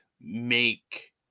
make